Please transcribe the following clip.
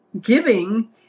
giving